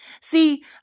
See